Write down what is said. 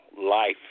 life